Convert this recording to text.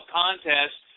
contests